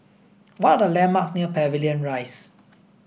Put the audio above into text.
what are the landmarks near Pavilion Rise